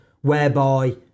whereby